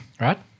right